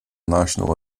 national